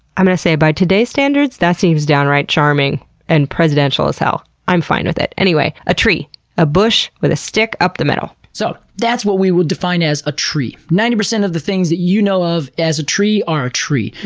i'm gonna say, by today's standards, that seems downright charming and presidential as hell. i'm fine with it. anyway, a tree a bush with a stick up the middle. so, that's what we would define as a tree. ninety percent of the things that you know of as a tree are a tree.